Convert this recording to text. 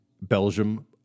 Belgium